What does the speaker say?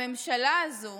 הממשלה הזו